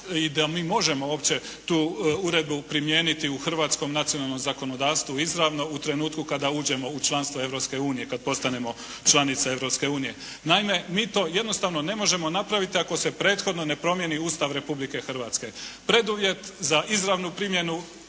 i da mi možemo uopće tu uredbu primijeniti u hrvatskom nacionalnom zakonodavstvu izravno u trenutku kada uđemo u članstvo Europske unije, kad postanemo članica Europske unije. Naime, mi to jednostavno ne možemo napraviti ako se prethodno ne promijeni Ustav Republike Hrvatske. Preduvjet za izravnu primjenu